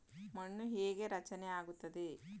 ಮಣ್ಣು ಹೇಗೆ ರಚನೆ ಆಗುತ್ತದೆ?